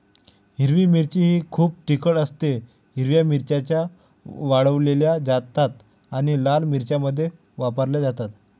हिरवी मिरची खूप तिखट असतेः हिरव्या मिरच्या वाळवल्या जातात आणि लाल मिरच्यांमध्ये वापरल्या जातात